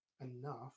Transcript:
enough